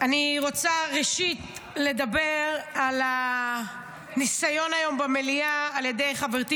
אני רוצה לדבר על הניסיון היום במליאה על ידי חברתי